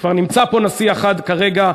כבר נמצא פה נשיא אחד כרגע,